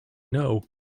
know